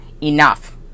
enough